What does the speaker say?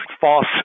false